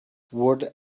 would